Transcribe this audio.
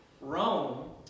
Rome